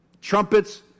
trumpets